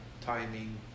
timing